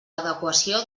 adequació